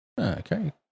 Okay